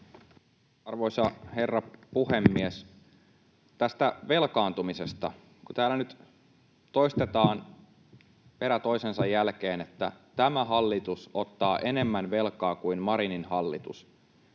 Arvoisa herra puhemies! Tästä velkaantumisesta: Kun täällä nyt toistetaan toinen toisensa jälkeen, että tämä hallitus ottaa enemmän velkaa kuin Marinin hallitus,